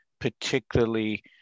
particularly